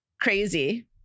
crazy